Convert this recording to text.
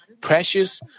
precious